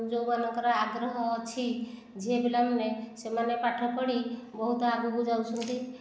ଯେଉଁମାନଙ୍କର ଆଗ୍ରହ ଅଛି ଝିଅପିଲାମାନେ ସେମାନେ ପାଠ ପଢ଼ି ବହୁତ ଆଗକୁ ଯାଉଛନ୍ତି